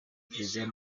kiliziya